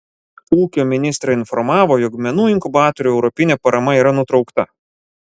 ūkio ministrė informavo jog menų inkubatoriui europinė parama yra nutraukta